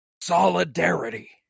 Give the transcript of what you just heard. solidarity